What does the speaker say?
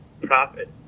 profit